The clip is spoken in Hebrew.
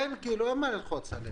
אין מה ללחוץ עלינו.